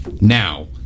Now